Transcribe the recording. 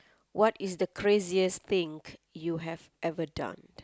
what is the craziest thing you have ever done